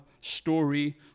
story